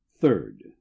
third